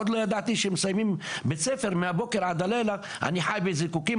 עוד לא ידעתי שהם מסיימים בית ספר מהבוקר עד הלילה ואני חי בזיקוקים.